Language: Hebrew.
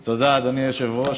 תודה, אדוני היושב-ראש.